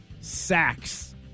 sacks